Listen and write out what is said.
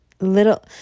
little